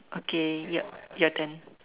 okay your your turn